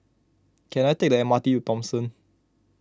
can I take the M R T to Thomson